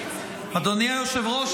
אדוני היושב-ראש,